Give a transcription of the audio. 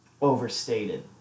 overstated